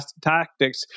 tactics